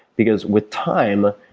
because with time,